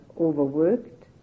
overworked